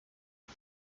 ich